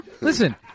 Listen